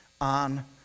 on